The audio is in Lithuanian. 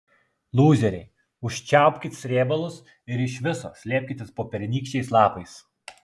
lūzeriai užčiaupkit srėbalus ir iš viso slėpkitės po pernykščiais lapais